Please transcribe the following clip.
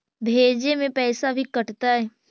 भेजे में पैसा भी कटतै?